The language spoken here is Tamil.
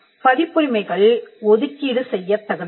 பதிப்புரிமைகள் ஒதுக்கீடு செய்யத் தகுந்தவை